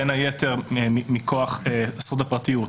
בין היתר מכוח הזכות לפרטיות,